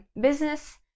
business